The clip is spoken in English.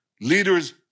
leaders